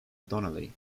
donnelly